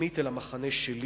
עצמית אל המחנה שלי.